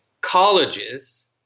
colleges